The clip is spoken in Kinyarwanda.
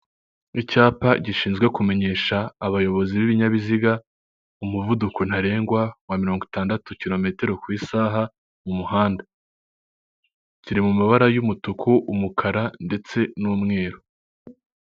Icyapa gishinzwe kumenyesha abayobozi b'ibinyabiziga, umuvuduko ntarengwa wa mirongo itandatu kirometero ku isaha mu muhanda, kiri mu mabara y'umutuku umukara ndetse n'umweru